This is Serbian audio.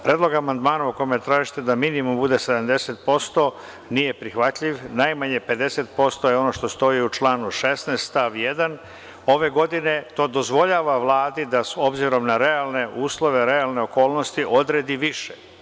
Predlog amandmana u kome tražite da minimum bude 70% nije prihvatljiv, najmanje 50% je ono što stoji u članu 16. stav 1. Ove godine to dozvoljava Vladi da s obzirom na uslove realne okolnosti odredi više.